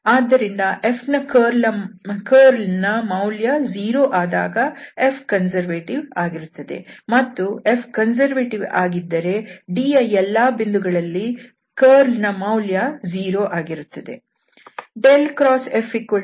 ಆದ್ದರಿಂದ F ನ ಕರ್ಲ್ನ ಮೌಲ್ಯ 0 ಆದಾಗ F ಕನ್ಸರ್ವೇಟಿವ್ ಆಗಿರುತ್ತದೆ ಮತ್ತು F ಕನ್ಸರ್ವೇಟಿವ್ ಆಗಿದ್ದರೆ D ಯ ಎಲ್ಲಾ ಬಿಂದುಗಳಲ್ಲಿ ಕರ್ಲ್ನ ಮೌಲ್ಯ 0 ಆಗಿರುತ್ತದೆ